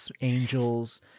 angels